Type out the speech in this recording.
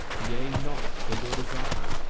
yea, naught for your desire,